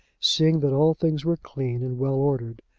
seeing that all things were clean and well ordered.